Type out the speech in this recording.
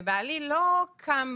ובעלי לא קם